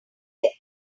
they